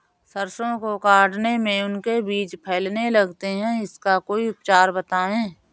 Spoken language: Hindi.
सरसो को काटने में उनके बीज फैलने लगते हैं इसका कोई उपचार बताएं?